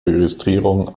registrierung